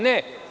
Ne.